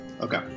Okay